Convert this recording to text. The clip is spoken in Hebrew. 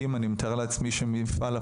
אז למה לא בטוח שמשרד החינוך יבנה ולא המועצה?